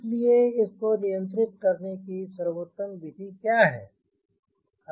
इसलिए इसको नियंत्रित करने की सर्वोत्तम विधि क्या है